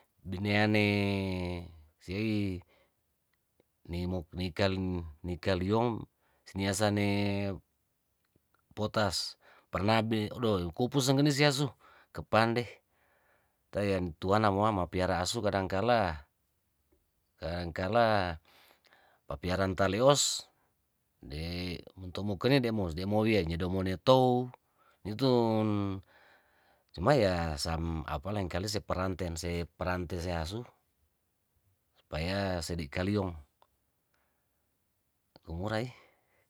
Bi'neane si nimuk nikel nikel yong siniasane potas, pernah be odoh kopus senggeni siasu kepande tayan tuana moama piara asu kadangkala kadangkala papiaraan taleos de mentomukeni de mos demowia ye demone tou ni'tun cuma ya sam apalengkali seperanten se peranten siasu supaya sedi' kaliong kumorai.